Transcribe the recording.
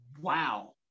Wow